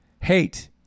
hate